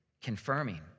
confirming